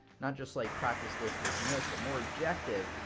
not just like practice this this and this, but more objective,